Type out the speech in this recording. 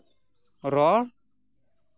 ᱨᱚᱲ